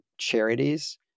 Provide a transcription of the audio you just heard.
charities